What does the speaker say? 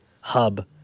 hub